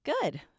Good